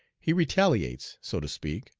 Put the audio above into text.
he retaliates, so to speak,